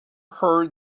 heard